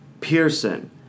Pearson